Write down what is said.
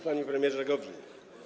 Panie Premierze Gowin!